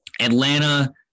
Atlanta